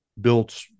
built